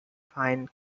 pine